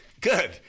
Good